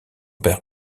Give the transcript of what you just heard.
père